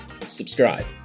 subscribe